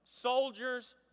soldiers